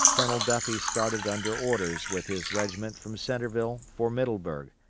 colonel duffie started under orders with his regiment from centreville for middleburg,